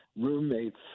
roommates